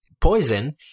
poison